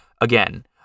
again